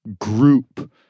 group